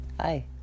Hi